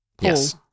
Yes